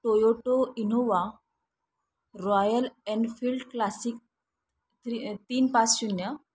Toyota Innova Royal Enfield Classic three तीन पाच शून्य